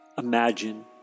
Imagine